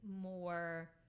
more